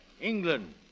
England